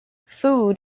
food